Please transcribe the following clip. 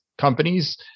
companies